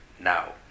Now